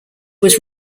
was